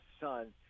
son